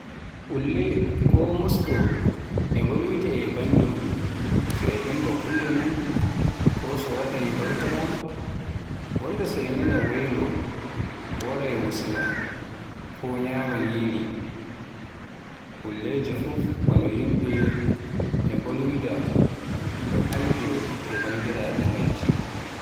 Ulle ko Musɗo e mbolwida e bandum so e dimba kulle mun, ko so waɗaay barbara, walla so e naana welo waraay musina ko ñyama nyiri. Elleje fuf bano yimbe e mbolwida e aljo e bandiraaɓe majji.